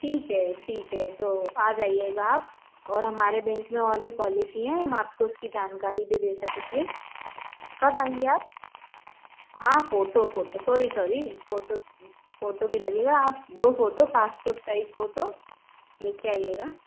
ठीक है ठीक है तो आ जाइएगा आप और हमारे बैंक में और भी पॉलिसी हैं हम आपको उसकी जानकारी भी दे सकेंगे कब आएंगे आप हाँ photo photo sorry sorry photo photo भी लगेगा आप दो फोटो पासपोर्ट साइज फोटो ले कर आइएगा